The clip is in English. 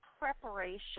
preparation